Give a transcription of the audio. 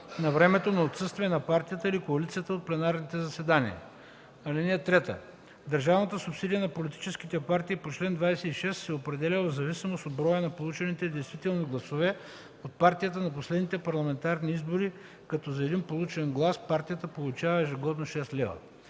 на времето на отсъствие на партията или коалицията от пленарните заседания. (3) Държавната субсидия на политическите партии по чл. 26 се определя в зависимост от броя на получените действителни гласове от партията на последните парламентарни избори, като за един получен глас партията получава ежегодно 6 лв.”